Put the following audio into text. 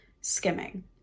skimming